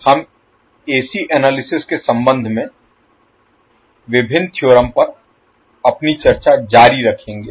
हम AC analysis के संबंध में विभिन्न थ्योरम पर अपनी चर्चा जारी रखेंगे